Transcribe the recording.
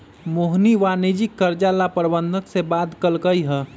मोहिनी वाणिज्यिक कर्जा ला प्रबंधक से बात कलकई ह